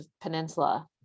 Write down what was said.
Peninsula